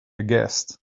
aghast